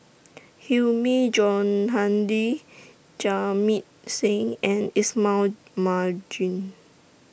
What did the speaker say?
Hilmi Johandi Jamit Singh and Ismail Marjan